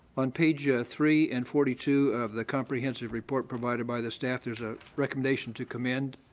on page ah three and forty two of the comprehensive report provided by the staff, there's a recommendation to commend